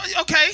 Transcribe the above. Okay